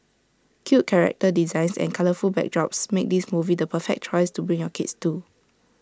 cute character designs and colourful backdrops make this movie the perfect choice to bring your kids to